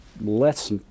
lets